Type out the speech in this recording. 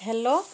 hello